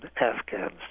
Afghans